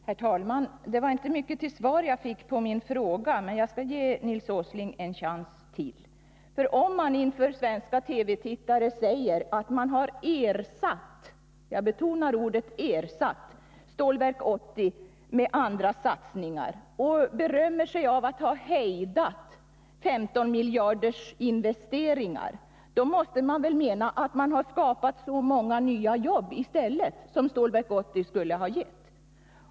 Herr talman! Det var inte mycket till svar jag fick på min fråga, men jag skall ge Nils Åsling ännu en chans. Om man inför svenska TV-tittare säger att man har ersatt — jag betonar ordet ersatt — Stålverk 80 med andra satsningar och berömmer sig av att ha hejdat 15 miljarders investeringar, måste man väl mena att man har skapat lika många nya jobb som Stålverk 80 skulle ha gett.